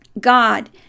God